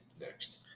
Next